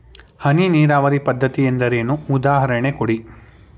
ಹನಿ ನೀರಾವರಿ ಪದ್ಧತಿ ಎಂದರೇನು, ಉದಾಹರಣೆ ಕೊಡಿ?